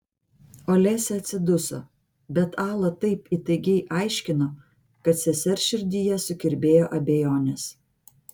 olesia atsiduso bet ala taip įtaigiai aiškino kad sesers širdyje sukirbėjo abejonės